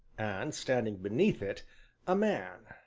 and standing beneath it a man,